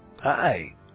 Hi